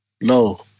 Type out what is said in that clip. No